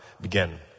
begin